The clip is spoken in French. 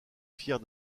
fiers